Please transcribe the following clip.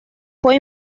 fue